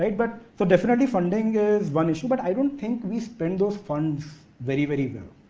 but so definitely, funding is one issue, but i don't think we spend those funds very very well.